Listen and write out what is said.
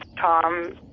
Tom